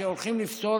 שהולכים לפתור